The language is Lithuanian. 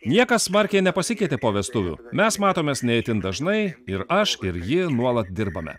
niekas smarkiai nepasikeitė po vestuvių mes matomės ne itin dažnai ir aš ir ji nuolat dirbame